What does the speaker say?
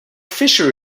fisher